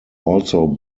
also